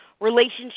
relationship